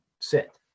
sit